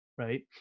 Right